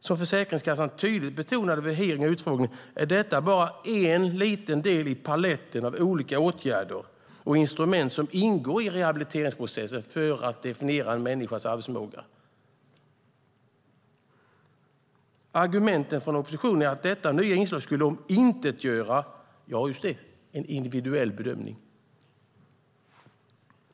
Som Försäkringskassan tydligt betonade vid utfrågningen är detta bara en liten del i paletten av olika åtgärder och instrument som ingår i rehabiliteringsprocessen för att definiera en människas arbetsförmåga. Argumenten från oppositionen är att detta nya inslag skulle omintetgöra - ja, just det - en individuell bedömning.